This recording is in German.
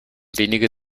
wenige